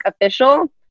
official